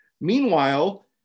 Meanwhile